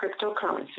cryptocurrency